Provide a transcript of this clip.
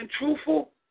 truthful